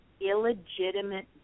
illegitimate